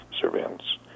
surveillance